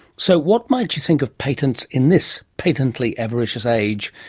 so what might you think of patents in this patently avaricious age?